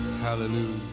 hallelujah